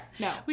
No